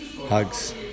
Hugs